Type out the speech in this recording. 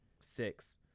six